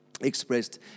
Expressed